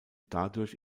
dadurch